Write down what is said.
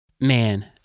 Man